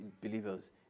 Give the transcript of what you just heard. believers